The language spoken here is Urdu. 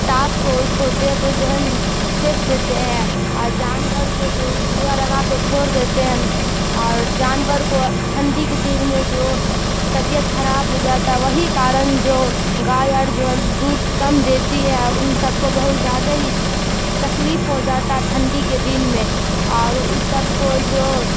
تاپ کو اس کو دیپ جو ہے نا سیک دیتے ہیں اور جانور کو جو لگا کو چھوڑ دیتے ہیں اور جانور کو ٹھنڈی کے دن میں جو طبیعت خراب ہو جاتا ہے وہی کارن جو گائے اور جو ہے نا دودھ کم دیتی ہے ان سب کو بہت زیادہ ہی تکلیف ہو جاتا ہے ٹھنڈی کے دن میں اور ان سب کو جو